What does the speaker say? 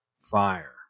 fire